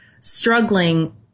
struggling